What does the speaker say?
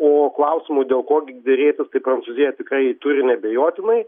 o klausimų dėl ko gi derėtis tai prancūzija tikrai turi neabejotinai